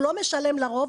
הוא לא משלם לרוב.